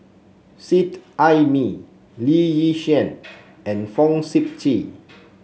Seet Ai Mee Lee Yi Shyan and Fong Sip Chee